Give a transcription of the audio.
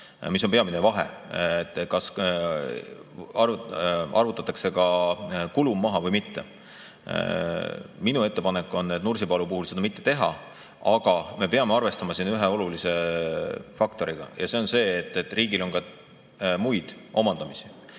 mis on peamine vahe, kas arvutatakse ka kulum maha või mitte. Minu ettepanek on Nursipalu puhul seda mitte teha. Aga me peame arvestama siin ühe olulise faktoriga, mis on see, et riigil on ka muid omandamisi.